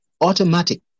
automatic